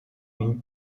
une